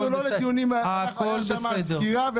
לא באנו לדיונים שהייתה שם סקירה,